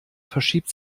verschiebt